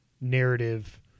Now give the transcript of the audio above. narrative